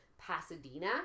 Pasadena